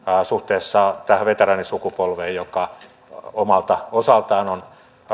suhteessa tähän veteraanisukupolveen joka omalta osaltaan on